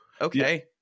Okay